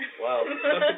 Wow